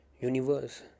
universe